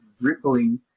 rippling